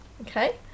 Okay